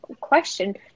question